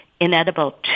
inedible